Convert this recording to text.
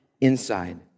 inside